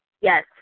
yes